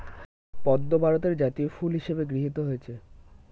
পদ্ম ভারতের জাতীয় ফুল হিসেবে গৃহীত হয়েছে